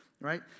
right